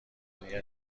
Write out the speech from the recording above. میگن